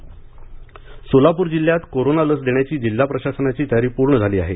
Solapur corona लस सोलापूर जिल्ह्यात corona लस देण्याची जिल्हा प्रशासनाची तयारी पूर्ण झाली आहे